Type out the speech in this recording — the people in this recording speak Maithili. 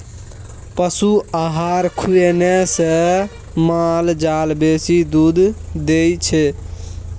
पशु आहार खुएने से माल जाल बेसी दूध दै छै